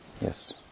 Yes